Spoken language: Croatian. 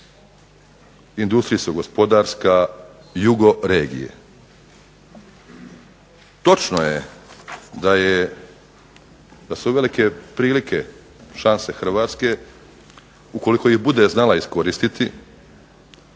industrijsko-gospodarska jugoregije. Točno je da su velike prilike Hrvatske ukoliko je bude znala iskoristiti